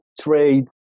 trade